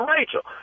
Rachel